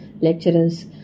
lecturers